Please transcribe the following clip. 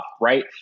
Right